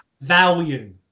value